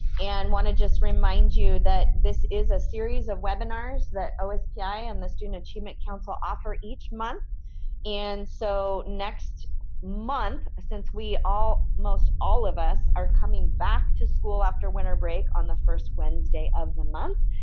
and want to just remind you that this is a series of webinars that ospi and the student achievement council offer each month and so next month, since we all most all of us are coming back to school after winter break on the first wednesday of the month,